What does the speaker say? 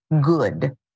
good